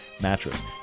mattress